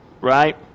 right